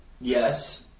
Yes